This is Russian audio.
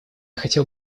хотел